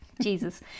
Jesus